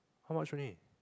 how much it will need